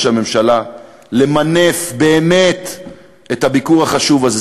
הממשלה באמת למנף את הביקור החשוב הזה.